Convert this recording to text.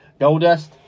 Goldust